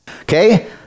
Okay